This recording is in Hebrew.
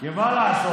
כי מה לעשות?